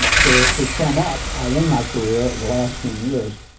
to to sum up, i end my career the last ten years